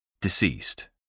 Deceased